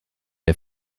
der